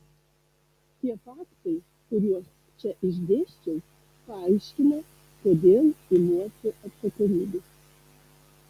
tie faktai kuriuos čia išdėsčiau paaiškina kodėl imuosi atsakomybės